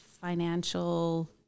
financial